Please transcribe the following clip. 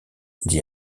dit